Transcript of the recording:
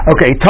Okay